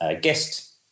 guest